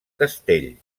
castell